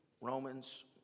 Romans